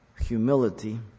humility